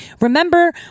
Remember